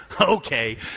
Okay